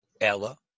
Ella